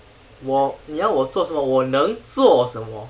我你要我做什么我能做什么